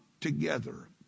together